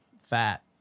fat